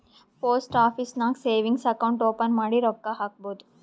post office ನಾಗ್ savings account open ಮಾಡಿ ರೊಕ್ಕಾ ಹಾಕ್ಬೋದ್